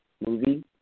movie